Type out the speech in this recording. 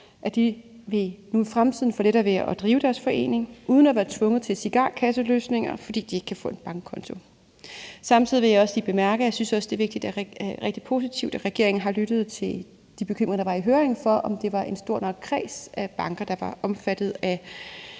at de nu i fremtiden vil få lettere ved at drive deres forening uden at være tvunget til cigarkasseløsninger, fordi de ikke kan få en bankkonto. Samtidig vil jeg lige bemærke, at jeg også synes, det er vigtigt og rigtig positivt, at regeringen har lyttet til de bekymringer, der var i høringen, for, om det var en stor nok kreds af banker, der var omfattet af